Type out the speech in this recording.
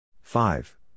Five